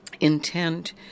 Intent